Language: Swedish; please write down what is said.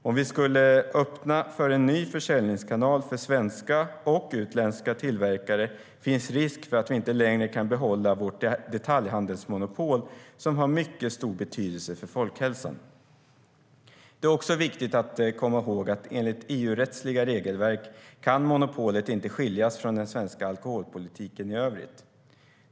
Om vi skulle öppna för en ny försäljningskanal för svenska, och utländska, tillverkare finns risk för att vi inte längre kan behålla vårt detaljhandelsmonopol, som har mycket stor betydelse för folkhälsan. Det är också viktigt att komma ihåg att enligt EU-rättsliga regelverk kan monopolet inte skiljas från den svenska alkoholpolitiken i övrigt.